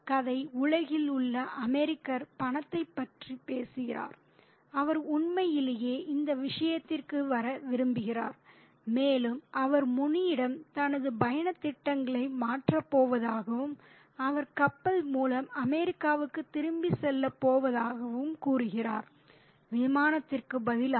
கதை உலகில் உள்ள அமெரிக்கர் பணத்தைப் பற்றி பேசுகிறார் அவர் உண்மையிலேயே இந்த விஷயத்திற்கு வர விரும்புகிறார் மேலும் அவர் முனியிடம் தனது பயணத் திட்டங்களை மாற்றப் போவதாகவும் அவர் கப்பல் மூலம் அமெரிக்காவுக்குத் திரும்பிச் செல்லப் போவதாகவும் கூறுகிறார் விமானத்திற்கு பதிலாக